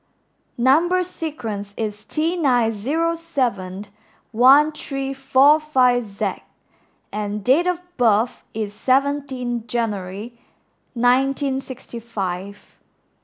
number sequence is T nine zero seven one three four five Z and date of birth is seventeen January nineteen sixty five